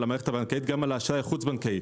המערכת הבנקאית גם על האשראי החוץ-בנקאי.